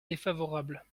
défavorable